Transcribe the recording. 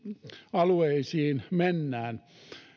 alueisiin mennään